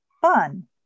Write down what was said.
fun